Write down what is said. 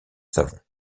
savon